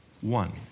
one